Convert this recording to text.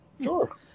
Sure